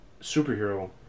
superhero